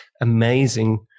amazing